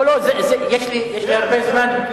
לא, יש לי הרבה זמן.